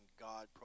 God